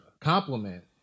compliment